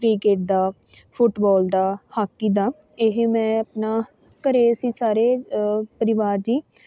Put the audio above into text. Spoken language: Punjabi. ਕ੍ਰਿਕਟ ਦਾ ਫੁੱਟਬਾਲ ਦਾ ਹਾਕੀ ਦਾ ਇਹ ਮੈਂ ਆਪਣਾ ਘਰ ਅਸੀਂ ਸਾਰੇ ਪਰਿਵਾਰਕ ਜੀਅ